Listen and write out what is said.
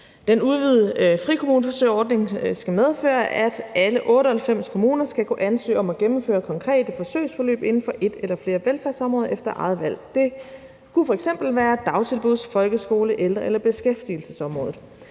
frikommuneforsøgsordning skal medføre, at alle 98 kommuner skal kunne ansøge om at gennemføre konkrete forsøgsforløb inden for et eller flere velfærdsområder efter eget valg. Det kunne f.eks. være dagtilbuds-, folkeskole-, ældre- eller beskæftigelsesområdet.